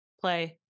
play